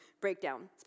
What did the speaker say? breakdown